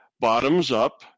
bottoms-up